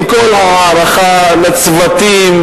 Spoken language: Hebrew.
עם כל ההערכה לצוותים,